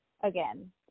again